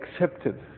accepted